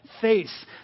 face